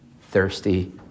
thirsty